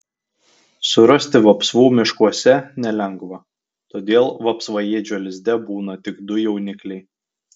surasti vapsvų miškuose nelengva todėl vapsvaėdžio lizde būna tik du jaunikliai